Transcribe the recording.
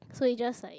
so he just like